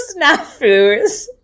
snafus